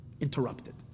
interrupted